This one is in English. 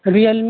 real me